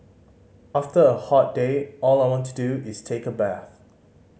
after a hot day all I want to do is take a bath